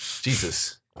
Jesus